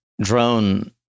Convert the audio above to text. drone